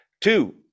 Two